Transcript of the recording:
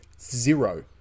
zero